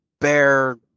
bear